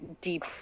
deep